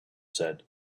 said